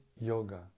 Yoga